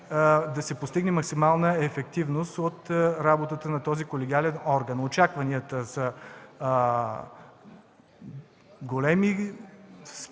да се постигне максимална ефективност от работата на този колегиален орган. Очакванията се големи. Съгласно